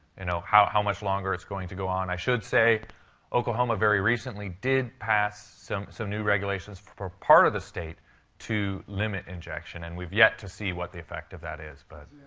you know, how how much longer it's going to go on. i should say oklahoma very recently did pass so some new regulations for part of the state to limit injection. and we've yet to see what the effect of that is, but.